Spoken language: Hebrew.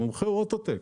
המומחה הוא אוטו-טק.